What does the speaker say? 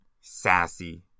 sassy